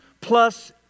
plus